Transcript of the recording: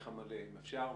בבקשה.